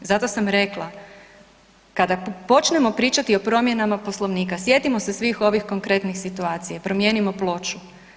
Zato sam rekla, kada počnemo pričati o promjenama Poslovnika, sjetimo se svih ovih konkretnih situacija i promijenimo ploču.